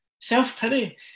Self-pity